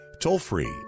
Toll-free